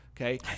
Okay